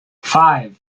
five